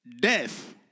Death